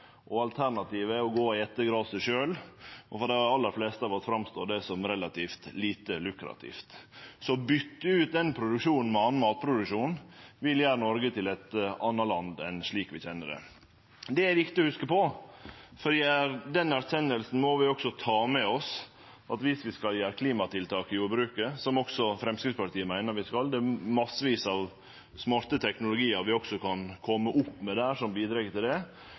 Alternativet er å gå og ete graset sjølve, og for dei aller fleste av oss framstår det som relativt lite lukrativt. Å bytte ut den produksjonen med annan matproduksjon vil gjere Noreg til eit anna land enn slik vi kjenner det. Det er viktig å hugse på, for i den erkjenninga må vi også ta med oss at om vi skal gjere klimatiltak i jordbruket – som også Framstegspartiet meiner vi skal, det er massevis av smart teknologi vi kan kome opp med som kan bidra til det